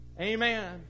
Amen